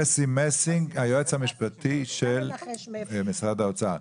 אסי מסינג, היועץ המשפטי של משרד האוצר.